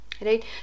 right